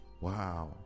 Wow